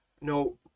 no